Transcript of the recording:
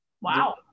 Wow